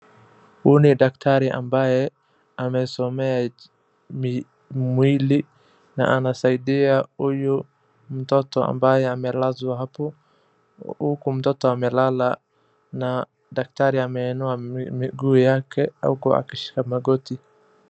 Huyu ni daktari ambaye amesomea mwili na anasaidia huyu mtoto ambaye amelazwa hapo. Huku mtoto amelala na daktari ameinua miguu yake huku akishika magoti.